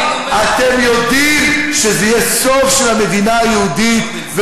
אתם יודעים שזה יהיה סוף של המדינה היהודית,